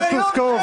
פלוסקוב.